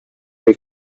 dei